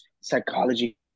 psychology